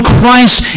Christ